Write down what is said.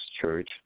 Church